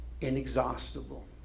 inexhaustible